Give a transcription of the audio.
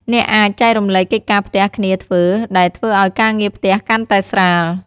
អ្នកអាច ចែករំលែកកិច្ចការផ្ទះគ្នាធ្វើ ដែលធ្វើឲ្យការងារផ្ទះកាន់តែស្រាល។